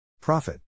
Profit